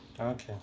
Okay